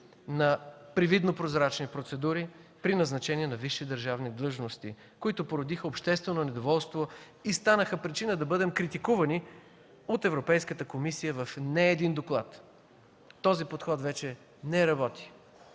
на привидно прозрачни процедури при назначение на висши държавни длъжности, които породиха обществено недоволство и станаха причина да бъдем критикувани от Европейската комисия в не един доклад. Този подход вече не работи,